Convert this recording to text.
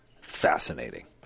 fascinating